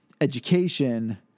education